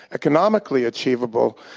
economically achievable,